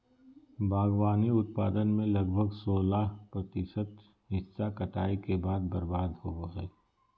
बागवानी उत्पादन में लगभग सोलाह प्रतिशत हिस्सा कटाई के बाद बर्बाद होबो हइ